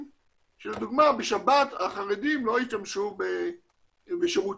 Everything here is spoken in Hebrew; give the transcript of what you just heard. שלדוגמה בשבת החרדים לא ישתמשו בשירותים.